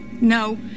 no